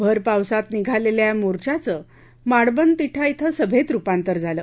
भर पावसात निघालेल्या या मोर्चाचं माडबन तिठा क्षे सभेत रूपांतर झालं